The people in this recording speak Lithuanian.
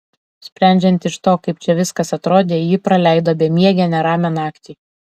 sprendžiant iš to kaip čia viskas atrodė ji praleido bemiegę neramią naktį